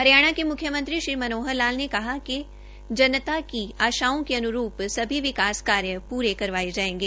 हरियाणा के म्ख्ममंत्री श्री मनोहर लाल ने कहा है कि जनता की आशाओं के अन्रूप सभी विकास कार्य प्रे करवाये जायेंगे